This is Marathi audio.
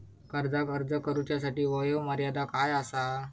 कर्जाक अर्ज करुच्यासाठी वयोमर्यादा काय आसा?